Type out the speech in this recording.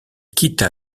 quitta